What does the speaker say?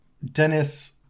Dennis